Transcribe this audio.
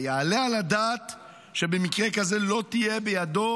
היעלה על הדעת שבמקרה כזה לא תהיה בידו